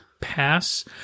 pass